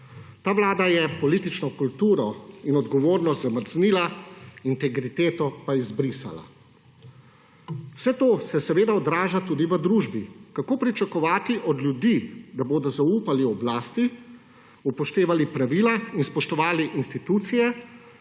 Ta vlada je politično kulturo in odgovornost zamrznila, integriteto pa izbrisala. Vse to se odraža tudi v družbi. Kako pričakovati od ljudi, da bodo zaupali oblasti, upoštevali pravila in spoštovali institucije,